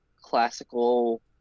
classical